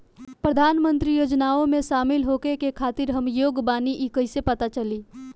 प्रधान मंत्री योजनओं में शामिल होखे के खातिर हम योग्य बानी ई कईसे पता चली?